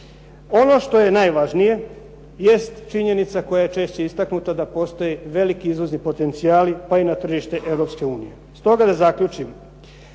Ono što je najvažnije jest činjenica koja je češće istaknuta da postoje veliki izvozni potencijali pa i na tržište Europske unije, stoga da zaključim.